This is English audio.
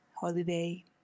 holiday